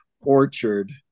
Orchard